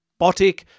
Botic